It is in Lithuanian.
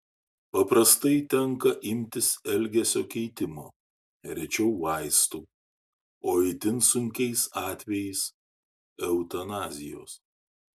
paprastai tenka imtis elgesio keitimo rečiau vaistų o itin sunkiais atvejais eutanazijos